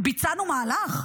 ביצענו מהלך?